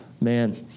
man